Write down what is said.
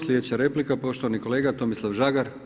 Sljedeća replika poštovani kolega Tomislav Žagar.